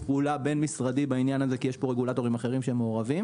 פעולה בין משרדי בעניין הזה כי יש פה רגולטורים אחרים שמעורבים.